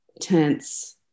tense